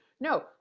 no